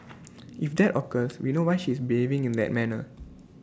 if that occurs we know why she is behaving in that manner